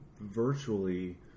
virtually